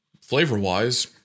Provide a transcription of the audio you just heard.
flavor-wise